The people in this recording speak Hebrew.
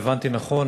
אם הבנתי נכון,